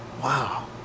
Wow